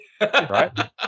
right